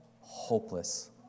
hopeless